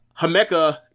Hameka